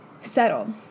settle